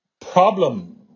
problem